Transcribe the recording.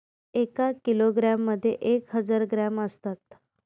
एका किलोग्रॅम मध्ये एक हजार ग्रॅम असतात